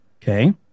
Okay